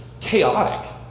chaotic